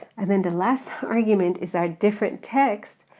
and then the last argument is our different text,